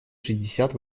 шестьдесят